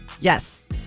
Yes